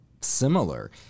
similar